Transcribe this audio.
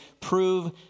prove